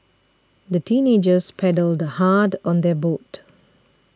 the teenagers paddled hard on their boat